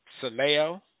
Saleo